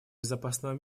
безопасного